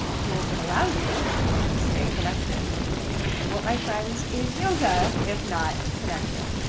tools that allow you to stay connected and what my friends, is yoga if not connection.